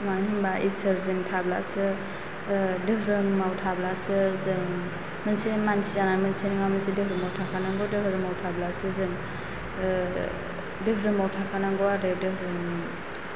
मानो होनबा इसोरजों थाब्लासो दोहोरोमाव थाब्लासो जों मोनसे मानसि जानानै मोनसे नङा मोनसे दोहोरोमाव थाखानांगौ दोहोरोमाव थाब्लासो जों दोहोरोमाव थाखानांगौ आरो